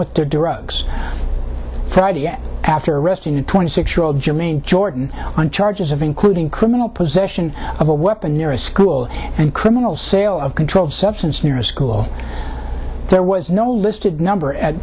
with their drugs friday yet after arresting a twenty six year old jimmy jordan on charges of including criminal possession of a weapon near a school and criminal sale of controlled substance near a school there was no listed number at